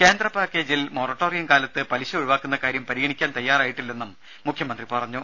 കേന്ദ്രപാക്കേജിൽ moratorium കാലത്ത് പലിശ ഒഴിവാക്കുന്ന കാര്യം പരിഗണിക്കാൻ തയാറായിട്ടില്ലെന്നും മുഖ്യമന്ത്രി പറഞ്ഞു